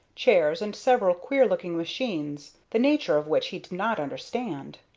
chairs, and several queer-looking machines, the nature of which he did not understand.